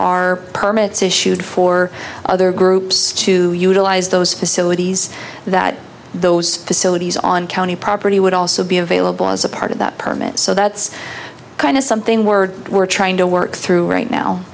are permits issued for other groups to utilize those facilities that those facilities on county property would also be available as a part of that permit so that's kind of something we're we're trying to work through right now